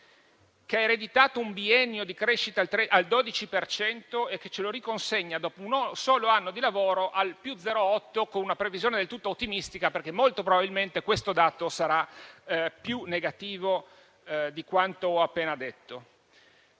che ha ereditato un biennio di crescita al 12 per cento e che riconsegna, dopo un solo anno di lavoro, un valore del più 0,8, con una previsione del tutto ottimistica, perché molto probabilmente questo dato sarà più negativo di quanto ho appena detto.